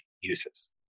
uses